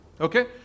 Okay